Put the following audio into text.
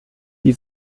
die